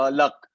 luck